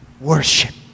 Worship